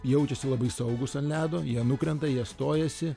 jaučiasi labai saugūs ant ledo jie nukrenta jie stojasi